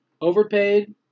Overpaid